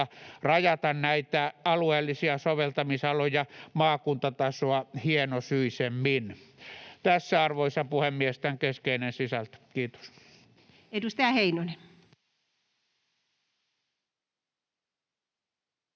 rajata näitä alueellisia soveltamisaloja maakuntatasoa hienosyisemmin. Tässä, arvoisa puhemies, tämän keskeinen sisältö. — Kiitos. [Speech 3]